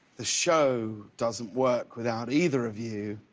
the show doesn't work without either of you.